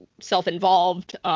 self-involved